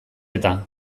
eta